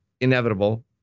inevitable